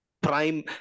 prime